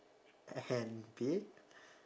and big